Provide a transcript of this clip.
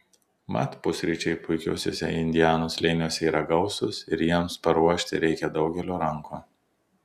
mat pusryčiai puikiuose indianos slėniuose yra gausūs ir jiems paruošti reikia daugelio rankų